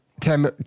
ten